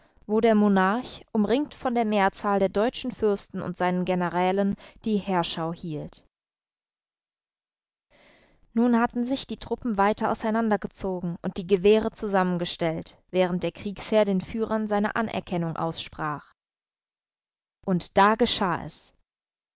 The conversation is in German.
wo der monarch umringt von der mehrzahl der deutschen fürsten und seinen generälen die heerschau hielt nun hatten sich die truppen weiter auseinandergezogen und die gewehre zusammengestellt während der kriegsherr den führern seine anerkennung aussprach und da geschah es